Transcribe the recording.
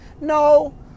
No